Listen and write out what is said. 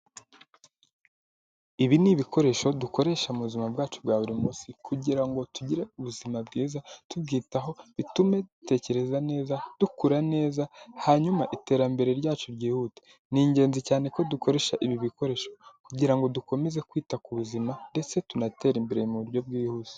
Ibi ni ibikoresho dukoresha mubu buzima bwacu bwa buri munsi, kugira ngo tugire ubuzima bwiza, tubyitaho, bitume dutekereza neza, dukura neza, hanyuma iterambere ryacu ryihute, ni ingenzi cyane ko dukoresha ibi bikoresho kugira ngo dukomeze kwita ku buzima ndetse tunatere imbere mu buryo bwihuse.